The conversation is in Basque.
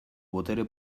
botere